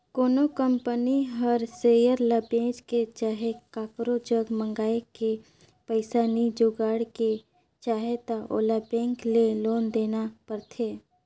कोनो कंपनी हर सेयर ल बेंच के चहे काकरो जग मांएग के पइसा नी जुगाड़ के चाहे त ओला बेंक ले लोन लेना परथें